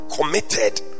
committed